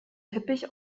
teppich